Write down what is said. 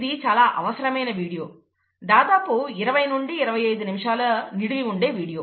ఇది చాలా అవసరమైన వీడియో దాదాపుగా 20 నుండి 25 నిమిషాల నిడివి ఉండే వీడియో